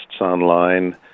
online